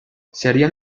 serían